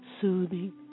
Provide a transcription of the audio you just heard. soothing